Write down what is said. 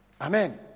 Amen